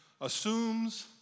assumes